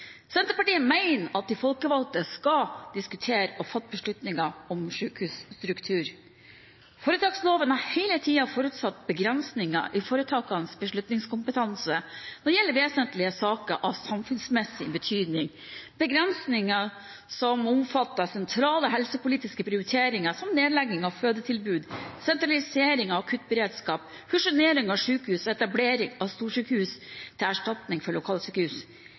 Senterpartiet mener at de folkevalgte skal diskutere og fatte beslutninger om sykehusstruktur. Foretaksloven har hele tiden forutsatt begrensninger i foretakenes beslutningskompetanse når det gjelder vesentlige saker av samfunnsmessig betydning, begrensninger som omfatter sentrale helsepolitiske prioriteringer som nedlegging av fødetilbud, sentralisering av akuttberedskap, fusjonering av sykehus og etablering av storsykehus til erstatning for lokalsykehus.